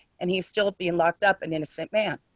and he's still being locked up an innocent man.